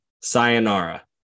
sayonara